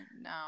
no